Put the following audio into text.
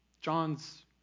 John's